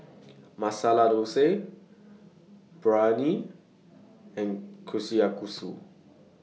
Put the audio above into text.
Masala Dosa Biryani and Kushikatsu